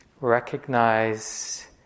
recognize